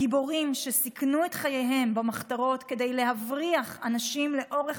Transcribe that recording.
הגיבורים שסיכנו את חייהם במחתרות כדי להבריח אנשים לאורך